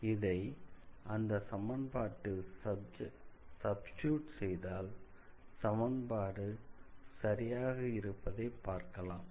இதை அந்த சமன்பாட்டில் சப்ஸ்டிட்யூட் செய்தால் சமன்பாடு சரியாக இருப்பதை பார்க்கலாம்